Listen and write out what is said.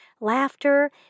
Laughter